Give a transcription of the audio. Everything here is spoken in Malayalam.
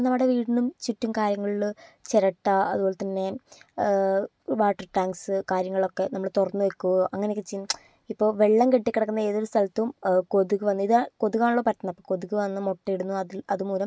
നമ്മുടെ വീടിനും ചുറ്റും കാര്യങ്ങളിൽ ചിരട്ട അതുപോലെ തന്നെ വാട്ടർ ടാങ്ക്സ് കാര്യങ്ങളൊക്കെ നമ്മൾ തുറന്നു വെയ്ക്കുക അങ്ങനെയൊക്കെ ഇപ്പോൾ വെള്ളം കെട്ടി കിടക്കുന്ന ഏതൊരു സ്ഥലത്തും കൊതുക് വന്ന് ഇതാ കൊതുകാണല്ലോ പരത്തുന്നത് അപ്പോൾ കൊതുക് വന്ന് മുട്ടയിടുന്നു അതിൽ അതുമൂലം